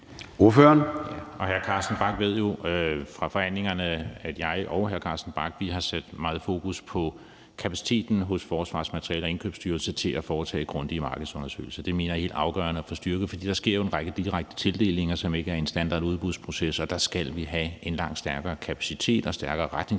Hr. Carsten Bach ved jo fra forhandlingerne, at jeg og hr. Carsten Bach har sat meget fokus på kapaciteten hos Forsvarets Materiel- og Indkøbsstyrelse til at foretage grundige markedsundersøgelser. Det mener jeg er helt afgørende at få styrket, for der sker jo en række direkte tildelinger, som ikke er en standardudbudsproces, og der skal vi have en langt stærkere kapacitet og stærkere retningslinjer for